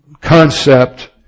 concept